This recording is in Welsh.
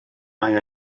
mae